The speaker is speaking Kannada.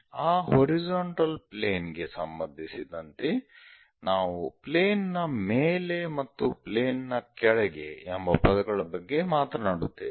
ಆ ಹಾರಿಜಾಂಟಲ್ ಪ್ಲೇನ್ ಗೆ ಸಂಬಂಧಿಸಿದಂತೆ ನಾವು ಪ್ಲೇನ್ ನ ಮೇಲೆ ಮತ್ತು ಪ್ಲೇನ್ ನ ಕೆಳಗೆ ಎಂಬ ಪದಗಳ ಬಗ್ಗೆ ಮಾತನಾಡುತ್ತೇವೆ